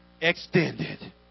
extended